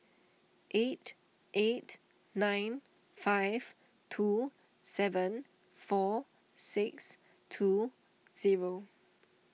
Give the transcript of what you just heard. eight eight nine five two seven four six two zero